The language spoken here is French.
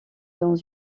dans